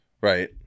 Right